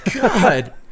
God